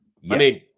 Yes